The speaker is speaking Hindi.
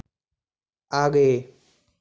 आगे